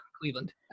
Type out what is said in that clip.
Cleveland